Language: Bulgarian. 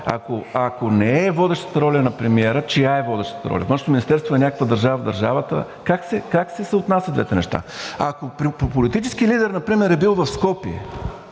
Ако не е водещата роля на премиера, чия е водещата роля? Външно министерство е някаква държава в държавата?! Как се съотнасят двете неща? Ако политически лидер от управляващата